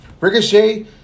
Ricochet